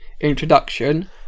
introduction